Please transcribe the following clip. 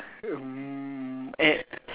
mm